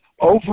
over